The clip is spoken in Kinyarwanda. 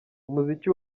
umuziki